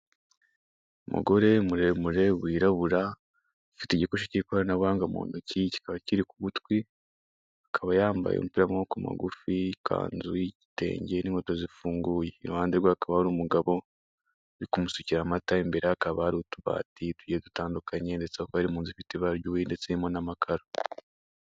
Umugore muremure wirabura ufite igikoresho kikoranabuhanga mu ntoki kikaba kiri Ku gutwi , akaba yambaye umupira w'amaboko mugufi, ikanzu, igitenge n'inkweto zifunguye. Iruhande rwe hakaba hari umugabo uri kumusukira amata imbere ye hakaba hari utubati tugiye dutandukanye bakaba bari munzu ufite ibara ry'ubururu ndetse irimo n'amakaro.